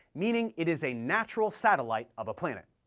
meaning it is a natural satellite of a planet.